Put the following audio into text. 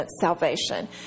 salvation